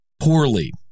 poorly